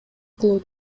кылуу